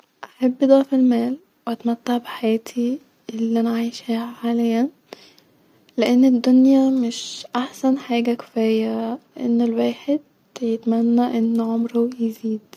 احب ضعف المال واتمتع بحياتي-الي انا عيشاها حاليا-لان الدنيا مش احسن حاجه كفايه ان الواحد يتمني ان عمرو يزيد